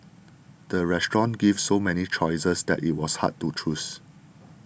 the restaurant gave so many choices that it was hard to choose